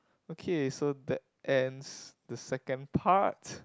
okay so that ends the second part